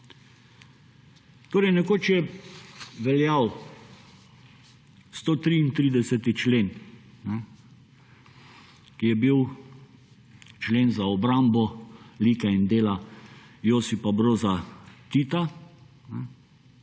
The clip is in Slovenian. Torej nekoč je veljal 133. člen, ki je bil člen za obrambo lika in dela Josipa Broza Tita.